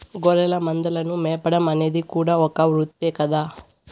గొర్రెల మందలను మేపడం అనేది కూడా ఒక వృత్తే కదా